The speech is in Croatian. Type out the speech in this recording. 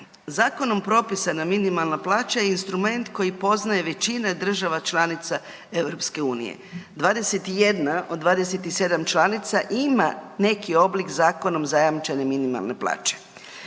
Zakonom propisana minimalna plaća je instrument koji poznaje većina država članica EU, 21 od 27 članica ima neki oblik zakonom zajamčene minimalne plaće.